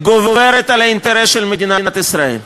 גוברים על האינטרס של מדינת ישראל.